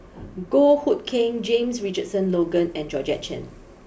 Goh Hood Keng James Richardson Logan and Georgette Chen